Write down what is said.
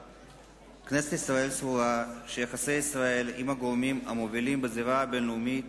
כנסת ישראל סבורה שיחסי ישראל עם הגורמים המובילים בזירה הבין-לאומית